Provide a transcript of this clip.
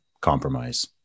compromise